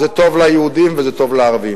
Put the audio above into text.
זה טוב ליהודים וזה טוב לערבים.